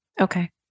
Okay